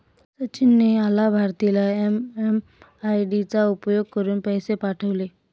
सचिन ने अलाभार्थीला एम.एम.आय.डी चा उपयोग करुन पैसे पाठवले